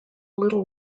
little